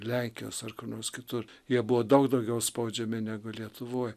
lenkijos ar kur nors kitur jie buvo daug daugiau spaudžiami negu lietuvoj